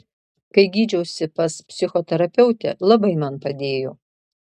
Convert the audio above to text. kai gydžiausi pas psichoterapeutę labai man padėjo